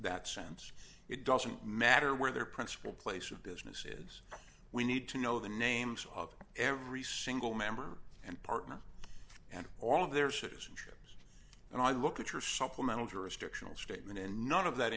that sense it doesn't matter where their principal place of business is we need to know the names of every single member and partner and all their citizenship and i look at your supplemental jurisdictional statement and none of that